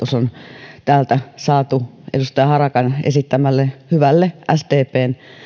kannatus on täältä saatu edustaja harakan esittämälle hyvälle sdpn